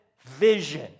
vision